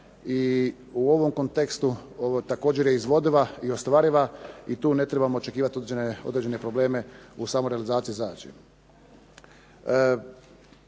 i u ovom kontekstu također je izvodiva i ostvariva i tu ne trebamo očekivati određene probleme u samoj realizaciji zadaće.